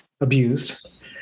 abused